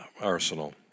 arsenal